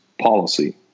policy